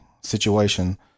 situation